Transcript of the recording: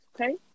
okay